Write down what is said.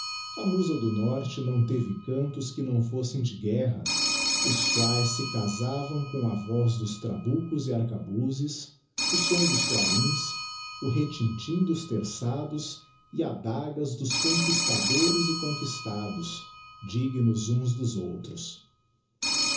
a musa do norte não teve antos que não fossem de guerra os quaes se casavam com a vqz dos trabucos e arcabuzes o som dos clarins o retintim dos terçados e adagas dos conquistadores e conquistados dignos uns dos outros